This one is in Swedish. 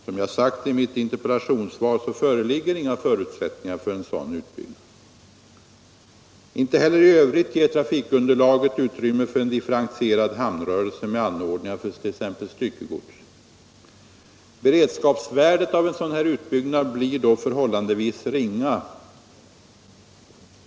Som jag sagt i mitt interpellationssvar föreligger inga förutsättningar för en sådan utbyggnad. Inte heller i övrigt ger trafikunderlaget utrymme för en differentierad hamnrörelse med anordningar för t.ex. styckegods. Beredskapsvärdet av en sådan utbyggnad blir då förhållandevis ringa.